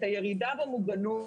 את הירידה במוגנות